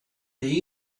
they